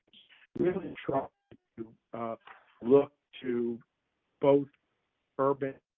really try to look to both urban